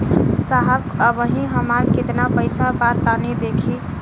साहब अबहीं हमार कितना पइसा बा तनि देखति?